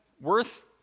worth